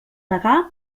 degà